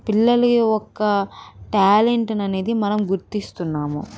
పిల్లల యొక్క ట్యాలెంట్ని అనేది మనం గుర్తిస్తున్నాము